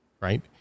right